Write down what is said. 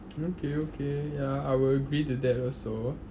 okay okay ya I will agree to that also